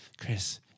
Chris